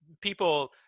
people –